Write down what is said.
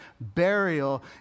burial